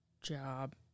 job